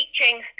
teaching